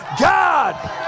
God